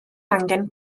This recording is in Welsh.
angen